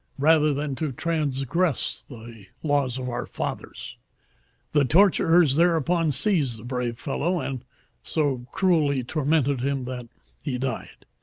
rather than to transgress the laws of our fathers the torturers thereupon seized the brave fellow, and so cruelly tormented him that he died,